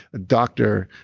a doctor,